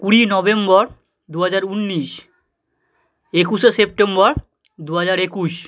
কুড়ি নভেম্বর দু হাজার উনিশ একুশে সেপ্টেম্বর দু হাজার একুশ